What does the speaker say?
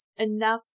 enough